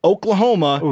Oklahoma